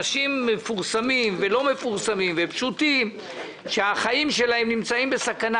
אנשים מפורסמים ולא מפורסמים ואנשים פשוטים שהחיים שלהם נמצאים בסכנה,